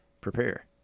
Prepare